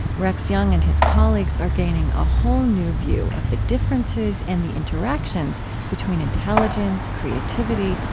rex jung and his colleagues are gaining a whole new view of the differences and the interactions between intelligence, creativity,